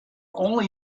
only